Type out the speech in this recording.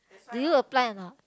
do you apply a not